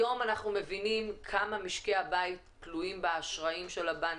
היום אנחנו מבינים כמה משקי הבית תלויים באשראים של הבנקים,